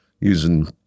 using